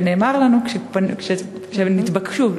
ונאמר לנו שהם נתבקשו,